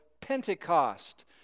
Pentecost